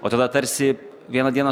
o tada tarsi vieną dieną